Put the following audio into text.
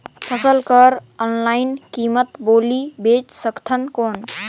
फसल कर ऑनलाइन कीमत बोली बेच सकथव कौन?